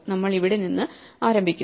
നമ്മൾ ഇവിടെ നിന്ന് ആരംഭിക്കുന്നു